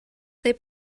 they